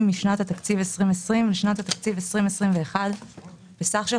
משנת התקציב 2020 לשנת התקציב 2021 בסך של